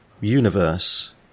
universe